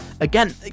Again